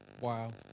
Wow